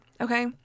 Okay